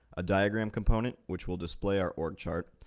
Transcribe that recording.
a diagram component, which will display our orgchart,